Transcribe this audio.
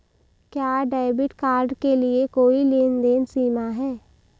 क्या debit card के लिए कोई लेनदेन सीमा है?